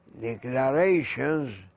declarations